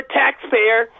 taxpayer